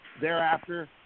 thereafter